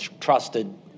trusted